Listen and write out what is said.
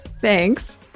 Thanks